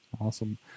Awesome